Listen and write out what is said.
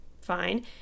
Fine